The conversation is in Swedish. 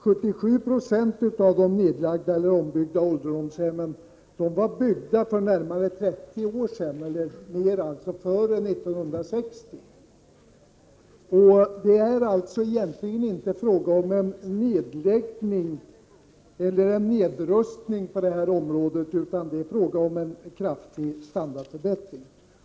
77 96 av de nedlagda eller ombyggda ålderdomshemmen var byggda för 30 år sedan eller tidigare, alltså före 1960. Det är egentligen inte fråga om en nedläggning eller en nedrustning på det här området, utan det är fråga om en kraftig standardförbättring.